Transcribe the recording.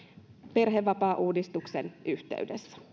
perhevapaauudistuksen yhteydessä